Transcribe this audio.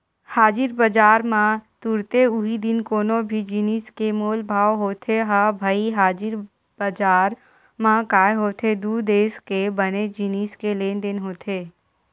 हाजिर बजार म तुरते उहीं दिन कोनो भी जिनिस के मोल भाव होथे ह भई हाजिर बजार म काय होथे दू देस के बने जिनिस के लेन देन होथे